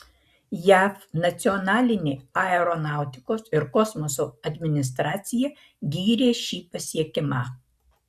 jav nacionalinė aeronautikos ir kosmoso administracija gyrė šį pasiekimą